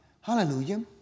hallelujah